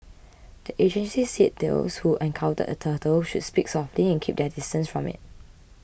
the agencies said those who encounter a turtle should speak softly and keep their distance from it